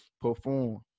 perform